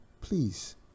Please